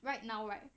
right now right